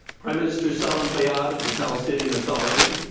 prime minister salam fayyad of the palestinian authority,